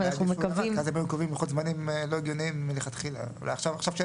אבל אנחנו מקווים --- אולי עכשיו כשאין